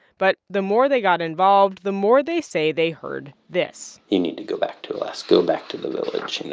but the more they got involved, the more they say they heard this you need to go back to alaska. go back to the village, you know.